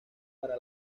para